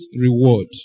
reward